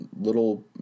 little